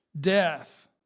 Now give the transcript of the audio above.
death